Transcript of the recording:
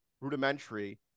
rudimentary